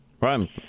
Right